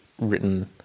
written